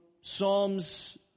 Psalms